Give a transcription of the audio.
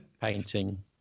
painting